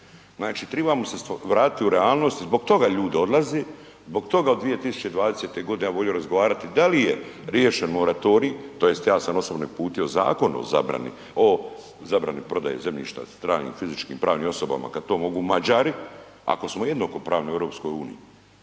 Znači, tribamo se vratiti u realnost i zbog toga ljudi odlaze, zbog toga od 2020. godine ja bi volio razgovarati da li je riješen moratorij, tj. ja sam osobno uputio i zakon o zabrani, o zabrani prodaje zemljišta stranim fizičkim i pravnim osobama, kad to mogu Mađari, ako smo jednakopravni u EU, ako se